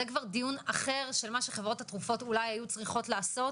זה דיון אחר שחברות התרופות אולי היו צריכות לעשות